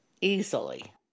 easily